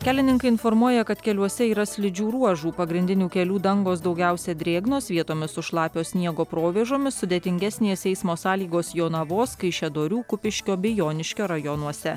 kelininkai informuoja kad keliuose yra slidžių ruožų pagrindinių kelių dangos daugiausia drėgnos vietomis su šlapio sniego provėžomis sudėtingesnės eismo sąlygos jonavos kaišiadorių kupiškio bei joniškio rajonuose